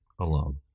Alone